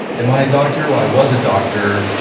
am i doctor? well i was a doctor.